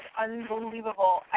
unbelievable